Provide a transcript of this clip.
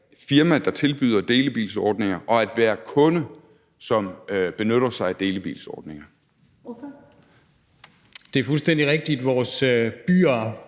firma, der tilbyder delebilsordninger, og at være kunde, som benytter sig af delebilsordninger? Kl. 10:38 Første